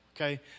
okay